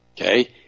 Okay